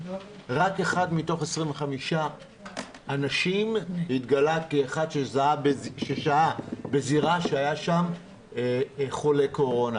רק אחד מתוך 25 אנשים התגלה כאחד ששהה בזירה שהיה שם חולה קורונה.